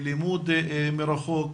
לימוד מרחוק,